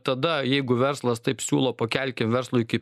tada jeigu verslas taip siūlo pakelkim verslui iki